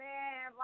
Man